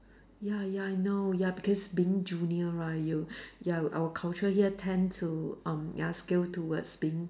ya ya I know ya because being junior right you ya our culture here tend to um ya skew towards being